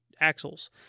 axles